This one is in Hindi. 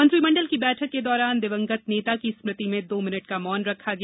मंत्रिमंडल की बैठक के दौरान दिवंगत नेता की स्मृति में दो मिनट का मौन रखा गया